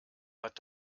hat